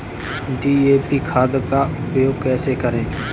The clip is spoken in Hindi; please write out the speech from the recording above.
डी.ए.पी खाद का उपयोग कैसे करें?